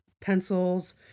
pencils